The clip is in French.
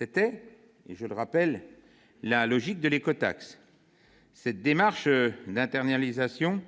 était, je le rappelle, la logique de l'écotaxe. Une telle démarche d'internalisation